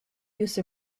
use